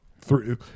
Three